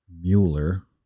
Mueller